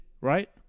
right